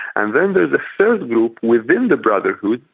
and then there's a third group within the brotherhood.